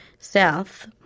South